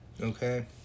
Okay